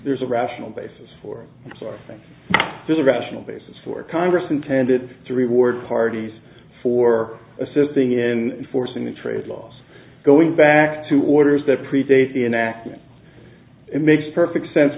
there's a rational basis for it so i think there's a rational basis for congress intended to reward parties for assisting in forcing the trade laws going back to orders that predate the enactment it makes perfect sense